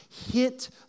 hit